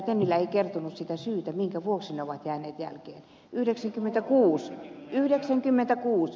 tennilä ei kertonut sitä syytä minkä vuoksi ne ovat jääneet jälkeen